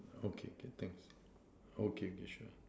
okay okay thanks okay okay sure